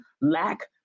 lack